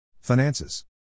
Finances